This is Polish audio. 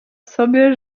sobie